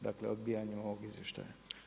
Dakle odbijanjem ovog izvještaja.